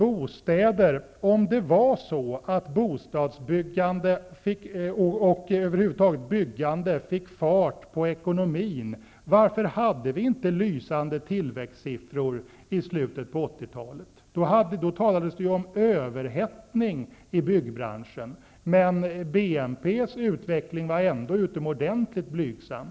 Om det är så att bostadsbyggande och byggande över huvud taget sätter fart på ekonomin, varför hade vi då inte lysande tillväxtsiffror i slutet av 80 talet? Då talades det om överhettning i byggbranschen, men utvecklingen av BNP var ändå utomordentligt blygsam.